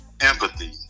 Empathy